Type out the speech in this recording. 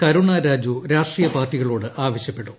കരുണ രാജു രാഷ്ട്രീയ പാർട്ടികളോട് ആവശ്യപ്പെട്ടു